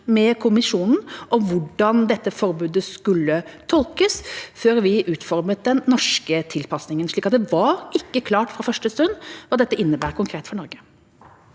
med Kommisjonen om hvordan dette forbudet skulle tolkes, før vi utformet den norske tilpasningen, slik at det var ikke klart fra første stund hva dette innebar konkret for Norge.